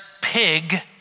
pig